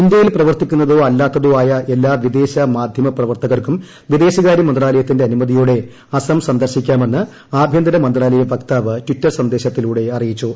ഇന്ത്യയിൽ പ്രവർത്തിക്കുന്നതോ അല്ലാത്തതോ ആയ എല്ലാ വിദേശ മാധ്യമ പ്രവർത്തകർക്കും വിദേശകാര്യ മന്ത്രാലയത്തിന്റെ അനുമതിയോടെ അസ്സം സന്ദർശിക്കാമെന്ന് ആഭ്യന്തര മന്ത്രാലയ വക്താവ് ടിറ്റർ സന്ദേശത്തിലൂടെ അറിയിച്ചു